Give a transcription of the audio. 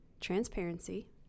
transparency